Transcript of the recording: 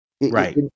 Right